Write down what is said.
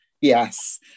Yes